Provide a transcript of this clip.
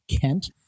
Kent